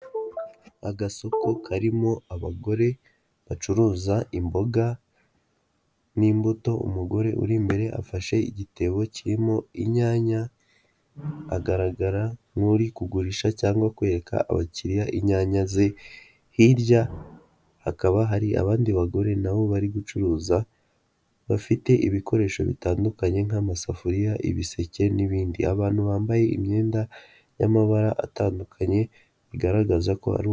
Agasoko karimo abagore bacuruza imboga n'imbuto, umugore uri imbere afashe igitebo kirimo inyanya agaragara nk'uri kugurisha cyangwa kwereka abakiriya inyanya ze. Hirya hakaba hari abandi bagore n'abo bari gucuruza bafite ibikoresho bitandukanye nk'amasafuriya, ibiseke n'ibindi. Abantu bambaye imyenda y'amabara atandukanye bigaragaza ko aru.